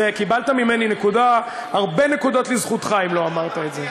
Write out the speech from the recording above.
קיבלת ממני הרבה נקודות לזכותך, אם לא אמרת את זה.